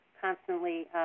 constantly